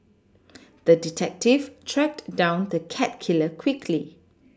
the detective tracked down the cat killer quickly